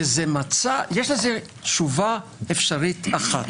יש לזה תשובה אפשרית אחת